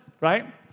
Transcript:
right